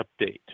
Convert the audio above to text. Update